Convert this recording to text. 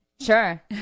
sure